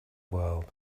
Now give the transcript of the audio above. world